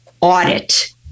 audit